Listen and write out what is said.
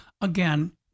again